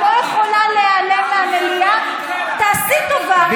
את לא יכולה להיעלם מהמליאה, תעשי טובה.